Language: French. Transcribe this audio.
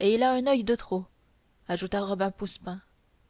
et il a un oeil de trop ajouta robin